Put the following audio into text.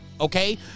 Okay